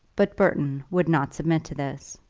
but burton would not submit to this.